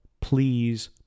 please